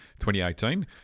2018